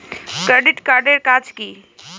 Credit card এর কাজ কি?